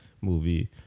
movie